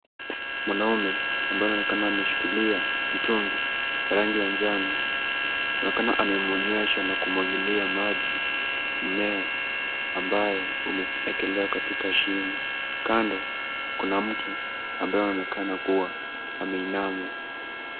Mwanaume ambaye anaonekana ameshikilia mtungi wa rangi ya njano anaonekana amemnywesha na kumwagilia maji mmea ambayo umeekewa katika shimo. Kando, kuna mtu anayeonekana kuwa ameinama .